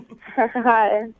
Hi